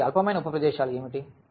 కాబట్టి అల్పమైన ఉప ప్రదేశాలు ఏమిటి